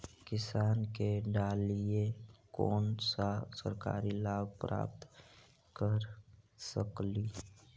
किसान के डालीय कोन सा सरकरी लाभ प्राप्त कर सकली?